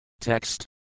Text